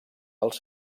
pels